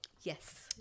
Yes